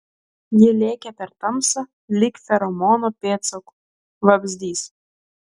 ji lėkė per tamsą lyg feromono pėdsaku vabzdys